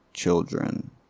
children